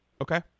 Okay